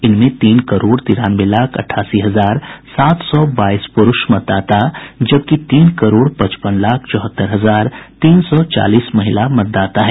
इनमें तीन करोड़ तिरानवे लाख अठासी हजार सात सौ बाईस प्रूष मतदाता जबकि तीन करोड़ पचपन लाख चौहत्तर हजार तीन सौ चालीस महिला मतदाता हैं